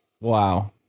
Wow